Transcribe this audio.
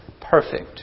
perfect